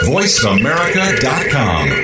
VoiceAmerica.com